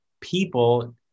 people